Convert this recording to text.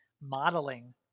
modeling